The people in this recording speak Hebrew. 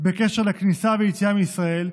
בקשר לכניסה ויציאה מישראל,